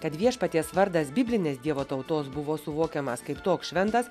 kad viešpaties vardas biblinės dievo tautos buvo suvokiamas kaip toks šventas